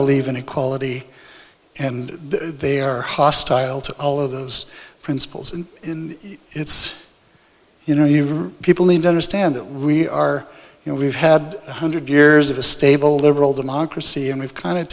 believe in equality and they are hostile to all of those principles and it's you know you people need to understand that we are you know we've had one hundred years of a stable liberal democracy and we've kind of